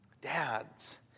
Dads